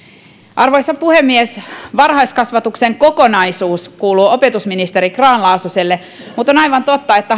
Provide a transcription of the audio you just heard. arvoisa puhemies varhaiskasvatuksen kokonaisuus kuuluu opetusministeri grahn laasoselle mutta on aivan totta että